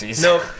Nope